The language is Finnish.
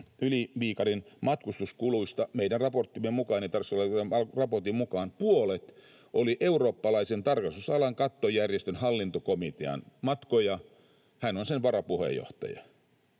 Yli-Viikarin matkustuskuluista meidän tarkastusvaliokunnan raportin mukaan puolet oli eurooppalaisen tarkastusalan kattojärjestön hallintokomitean matkoja. Hän on sen varapuheenjohtaja.